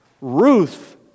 Ruth